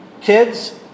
Kids